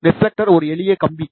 reflector ஒரு எளிய கம்பி